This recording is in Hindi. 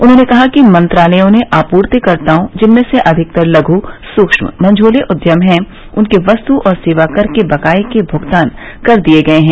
उन्होंने कहा कि मंत्रालयों ने आपूर्तिकर्ताओं जिनमें से अधिकतर लघ स्क्षम मझोले उद्यम है उनके वस्त और सेवा कर के बकाये के भुगतान कर दिये हैं